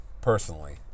Personally